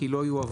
כי לא יועברו.